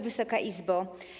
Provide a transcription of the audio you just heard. Wysoka Izbo!